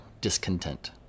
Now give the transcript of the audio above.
discontent